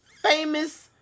famous